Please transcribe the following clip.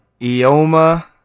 Ioma